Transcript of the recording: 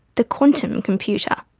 the quantum computer.